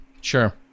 Sure